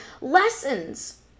lessons